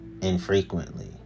infrequently